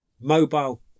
Mobile